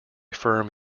firm